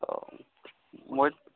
অঁ মই